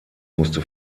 musste